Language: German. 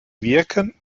wirken